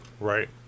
right